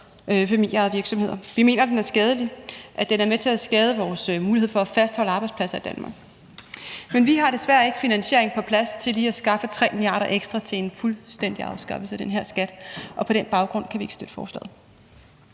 Vi mener, at den er skadelig, at den er med til at skade vores mulighed for at fastholde arbejdspladser i Danmark. Men vi har desværre ikke finansieringen på plads til lige at skaffe 3 mia. kr. ekstra til en fuldstændig afskaffelse af den her skat, og på den baggrund kan vi ikke støtte forslaget.